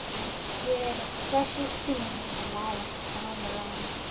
and hear the thrushes singing in the lilacs round the lawn.